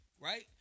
right